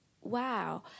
wow